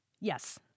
Yes